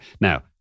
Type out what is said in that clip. Now